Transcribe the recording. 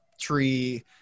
tree